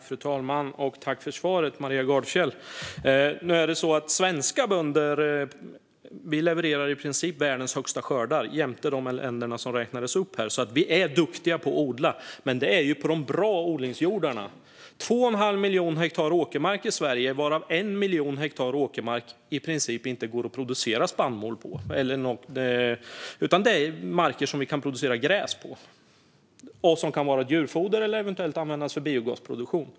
Fru talman! Tack för svaret, Maria Gardfjell! Svenska bönder levererar i princip världens högsta skördar, jämte de länder som räknades upp här, så vi är duktiga på att odla. Men det är ju på de bra odlingsjordarna. Av 2 1⁄2 miljon hektar åkermark i Sverige är det 1 miljon hektar som i princip inte går att producera spannmål på. På dessa marker kan vi producera gräs, som kan fungera som djurfoder eller eventuellt användas för biogasproduktion.